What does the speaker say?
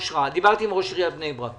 עם ראש עיריית בני ברק